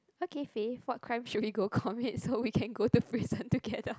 okay Faith what crime should we go commit so we can go to prison together